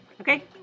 Okay